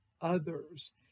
others